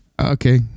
okay